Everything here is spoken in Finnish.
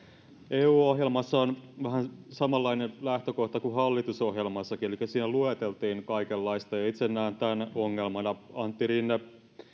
eu ohjelmassa on vähän samanlainen lähtökohta kuin hallitusohjelmassakin elikkä siinä lueteltiin kaikenlaista ja itse näen tämän ongelmana antti rinne